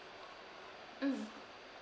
mm